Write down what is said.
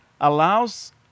allows